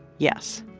yes.